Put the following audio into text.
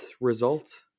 result